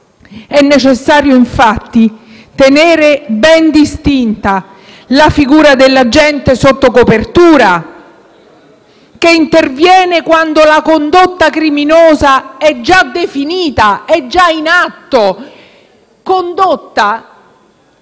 È necessario, infatti, tenere ben distinta la figura dell'agente sotto copertura, che interviene quando la condotta criminosa è già definita ed è già in atto. Condotta,